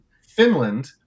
finland